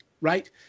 right